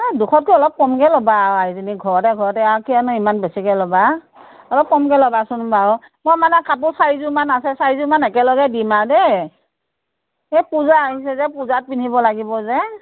এই দুশতকৈ অলপ কমকৈ ল'বা আৰু আইজনী ঘৰতে ঘৰতে আৰু কিয়নো ইমান বেছিকৈ ল'বা অলপ কমকৈ ল'বাচোন বাৰু মই মানে কাপোৰ চাৰিযোৰমান আছে চাৰিযোৰমান একেলগে দিম আৰু দেই এই পূজা আহিছে যে পূজাত পিন্ধিব লাগিব যে